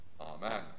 Amen